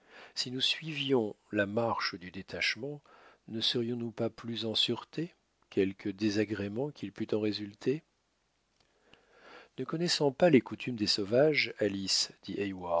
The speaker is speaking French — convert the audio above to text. si nous suivions la marche du détachement ne serions-nous pas plus en sûreté quelque désagrément qu'il pût en résulter ne connaissant pas les coutumes des sauvages